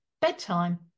bedtime